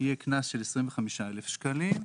יהיה קנס בגובה של 25,000 שקלים,